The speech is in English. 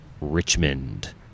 Richmond